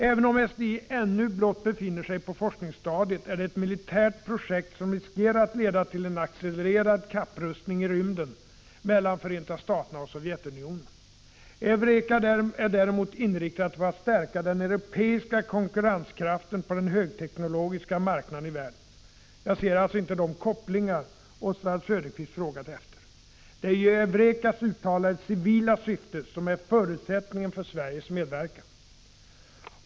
Även om SDI ännu blott befinner sig på forskningsstadiet, är det ett militärt projekt som riskerar att leda till en accelererad kapprustning i rymden mellan Förenta Staterna och Sovjetunionen. EUREKA är däremot inriktat på att stärka den europeiska konkurrenskraften på den högteknologiska marknaden i världen. Jag ser alltså inte de kopplingar Oswald Söderqvist frågat efter. Det är ju EUREKA:s uttalade civila syfte som är förutsättningen för Sveriges medverkan.